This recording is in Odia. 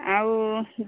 ଆଉ